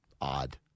odd